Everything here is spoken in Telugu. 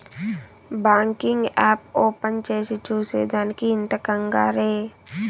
బాంకింగ్ యాప్ ఓపెన్ చేసి చూసే దానికి ఇంత కంగారే